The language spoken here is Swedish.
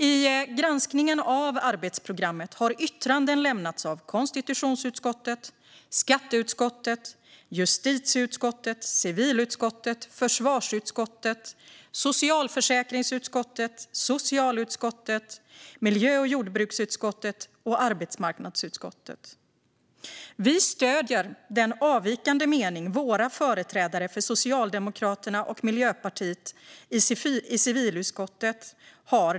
I granskningen av arbetsprogrammet har yttranden lämnats av konstitutionsutskottet, skatteutskottet, justitieutskottet, civilutskottet, försvarsutskottet, socialförsäkringsutskottet, socialutskottet, miljö och jordbruksutskottet och arbetsmarknadsutskottet. Vi stöder den avvikande mening som våra företrädare för Socialdemokraterna och Miljöpartiet har anmält i civilutskottet.